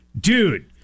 dude